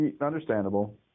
Understandable